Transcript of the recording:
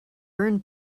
burn